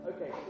Okay